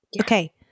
Okay